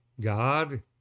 God